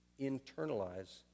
internalize